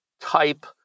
type